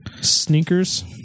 sneakers